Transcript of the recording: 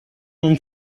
non